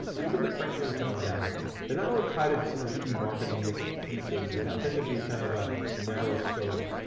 did we get the press release out on time? they're not really tied into some of the key marketing mix pieces. they tend to be kind of a narrow scope.